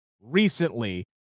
recently